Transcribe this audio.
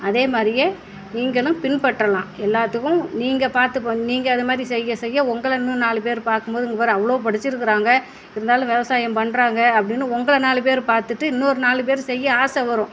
அதே மாதிரியே நீங்களும் பின்பற்றலாம் எல்லாத்துக்கும் நீங்கள் பார்த்து பண்ணி நீங்கள் அது மாதிரி செய்ய செய்ய உங்களை இன்னும் நாலு பேர் பார்க்கும் போது இங்கே பார் அவ்வளோ படித்திருக்காங்க இருந்தாலும் விவசாயம் பண்றாங்க அப்படினு உங்களை நாலு பேர் பார்த்துட்டு இன்னோரு நாலு பேர் செய்ய ஆசை வரும்